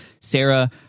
sarah